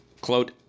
quote